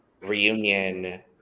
reunion